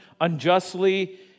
unjustly